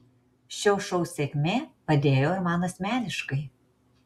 šio šou sėkmė padėjo ir man asmeniškai